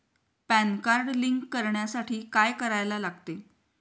Pan card link करण्यासाठी काय करायला लागते?